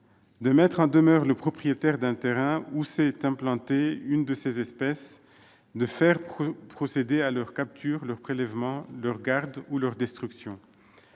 de mettre en demeure le propriétaire d'un terrain où s'est implantée une de ces espèces, de faire procéder à leur capture, à leur prélèvement, à leur garde ou à leur destruction.